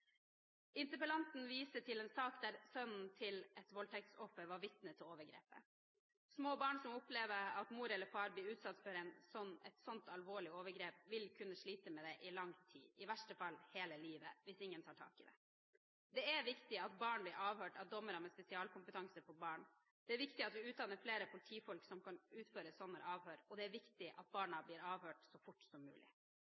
Interpellanten viser til en sak der sønnen til et voldtektsoffer var vitne til overgrepet. Små barn som opplever at mor eller far blir utsatt for et sånt alvorlig overgrep, vil kunne slite med det i lang tid – i verste fall hele livet – hvis ingen tar tak i det. Det er viktig at barn blir avhørt av dommere med spesialkompetanse på barn. Det er viktig at vi utdanner flere politifolk som kan utføre sånne avhør, og det er viktig at barna